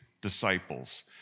disciples